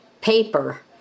paper